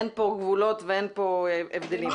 אין כאן גבולות ואין כאן הבדלים.